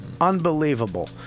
Unbelievable